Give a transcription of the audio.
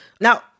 Now